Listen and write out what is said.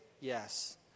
Yes